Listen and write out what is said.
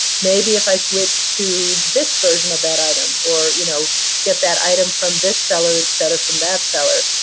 maybe if i switch to this version of that item or you know get that item from this seller instead of from that seller,